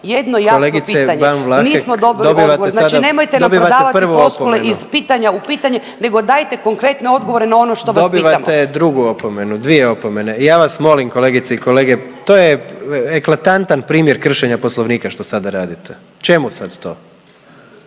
prvu opomenu./… **Ban, Boška (SDP)** Znači nemojte nam prodavati floskule iz pitanja u pitanje, nego dajte konkretne odgovore na ono što vas pitamo. **Jandroković, Gordan (HDZ)** Dobivate drugu opomenu. Dvije opomene. Ja vas molim kolegice i kolege, to je eklatantan primjer kršenja Poslovnika što sada radite. Čemu sad to.